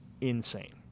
insane